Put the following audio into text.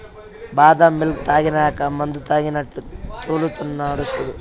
బాదం మిల్క్ తాగినాక మందుతాగినట్లు తూల్తున్నడు సూడు